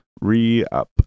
re-up